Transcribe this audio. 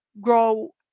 grow